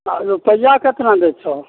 आ रुपैआ केतना लै छौ